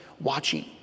watching